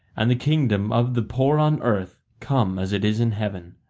and the kingdom of the poor on earth come, as it is in heaven.